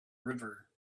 river